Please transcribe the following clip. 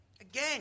Again